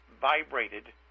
vibrated